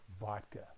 Vodka